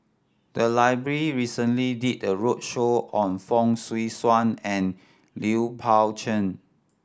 the library recently did a roadshow on Fong Swee Suan and Liu Pao Chuen